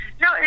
No